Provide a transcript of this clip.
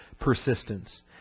persistence